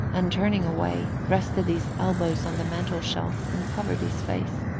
and turning away, rested his elbows on the mantel-shelf and covered his face.